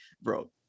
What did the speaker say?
bro